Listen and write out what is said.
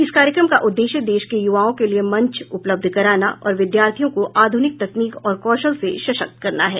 इस कार्यक्रम का उद्देश्य देश के युवाओं के लिए मंच उपलब्ध कराना और विद्यार्थियों को आधुनिक तकनीक और कौशल से सशक्त करना है